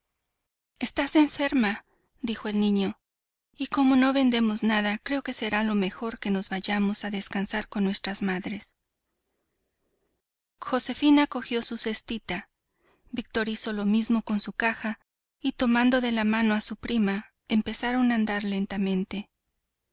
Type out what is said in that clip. estás enferma dijo el niño y como no vendemos nada creo que será lo mejor que nos vayamos a descansar con nuestras madres josefina cogió su cestita víctor hizo lo mismo con su caja y tomando de la mano a su prima empezaron a andar lentamente